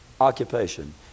occupation